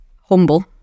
Humble